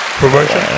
promotion